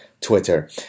Twitter